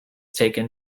taken